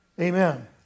Amen